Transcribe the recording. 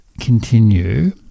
continue